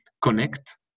connect